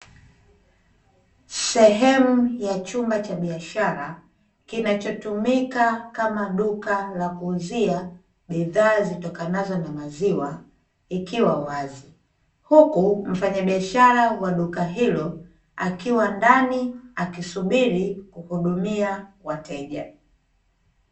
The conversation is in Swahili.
Sehemu ya chumba cha biashara kinachotumika kama duka la kuuzia bidhaa zitokanazo na maziwa, ikiwa wazi. Huku mfanyabiashara wa duka hilo akiwa ndani akisubiri kuhudumia wateja.